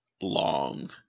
long